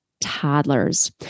toddlers